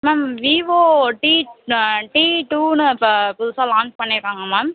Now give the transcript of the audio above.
ma'am Vivo T T டூன்னு இப்போ புதுசாக லான்ச் பண்ணி இருக்காங்க மேம்